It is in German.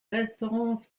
restaurants